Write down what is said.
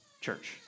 church